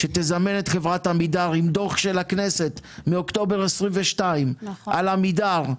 שתזמן את חברת עמידר עם דוח של הכנסת מאוקטובר 2022 על עמידר,